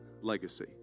legacy